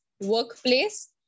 workplace